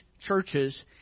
churches